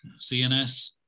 CNS